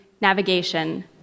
navigation